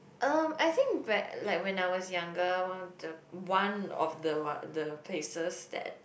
um I think when like when I was younger one of the one of the one the places that